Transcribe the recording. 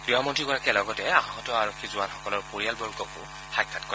গৃহমন্ত্ৰীগৰাকীয়ে লগতে আহত আৰক্ষী জোৱানসকলৰ পৰিয়ালবৰ্গকো সাক্ষাৎ কৰে